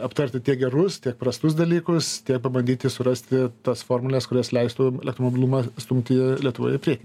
aptarti tiek gerus tiek prastus dalykus pabandyti surasti tas formules kurios leistų elektromobilumą stumti lietuvoje į priekį